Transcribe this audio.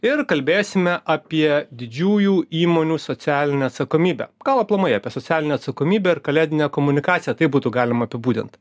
ir kalbėsime apie didžiųjų įmonių socialinę atsakomybę gal aplamai apie socialinę atsakomybę ir kalėdinę komunikaciją taip būtų galima apibūdint